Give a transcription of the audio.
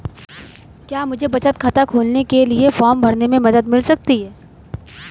क्या मुझे बचत खाता खोलने के लिए फॉर्म भरने में मदद मिल सकती है?